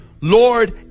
Lord